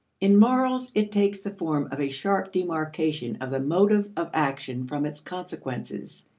in morals it takes the form of a sharp demarcation of the motive of action from its consequences,